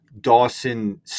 Dawson